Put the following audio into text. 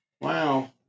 Wow